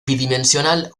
bidimensional